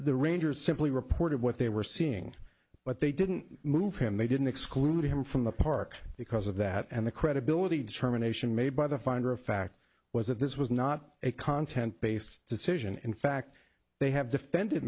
the rangers simply reported what they were seeing but they didn't move him they didn't exclude him from the park because of that and the credibility determination made by the finder of fact was that this was not a content based decision in fact they have defended